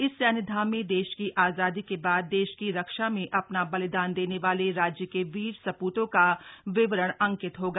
इस सैन्य धाम में देश की आजादी के बाद देश की रक्षा में अ ना बलिदान देने वाले राज्य के वीर स ्तों का विवरण अंकित होगा